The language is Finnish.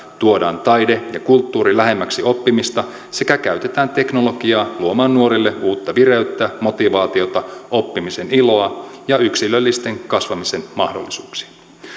tuodaan taide ja kulttuuri lähemmäksi oppimista sekä käytetään teknologiaa luomaan nuorille uutta vireyttä motivaatiota oppimisen iloa ja yksilöllisen kasvamisen mahdollisuuksia